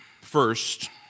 first